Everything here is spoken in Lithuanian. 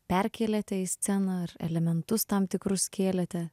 perkelėte į sceną ar elementus tam tikrus kėlėte